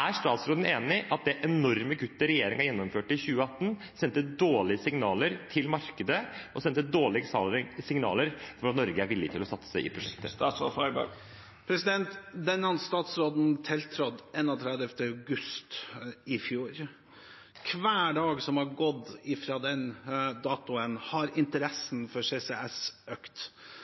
Er statsråden enig i at det enorme kuttet regjeringen gjennomførte i 2018, sendte dårlige signaler til markedet og dårlige signaler rundt det at Norge er villig til å satse i prosjektet? Denne statsråden tiltrådte 31. august i fjor. Hver dag som har gått siden den datoen, har interessen for CCS økt.